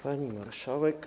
Pani Marszałek!